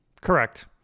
Correct